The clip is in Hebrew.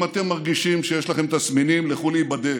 אם אתם מרגישים שיש לכם תסמינים, לכו להיבדק.